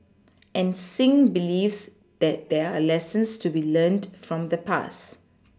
and Singh believes that there are lessons to be learnt from the past